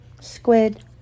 squid